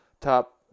top